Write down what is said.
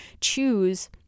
choose